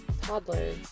toddler